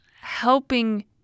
helping